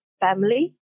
family